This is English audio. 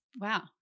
wow